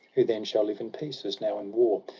who then shall live in peace, as now in war.